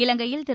இலங்கையில் திரு